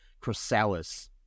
Chrysalis